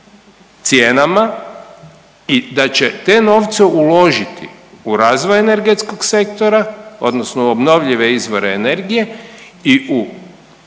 cijenama i da će te novce uložiti u razvoj energetskog sektora odnosno u obnovljive izvore energije i u